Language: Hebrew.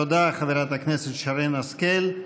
תודה, חברת הכנסת שרן השכל.